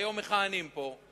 והיום מכהנים פה,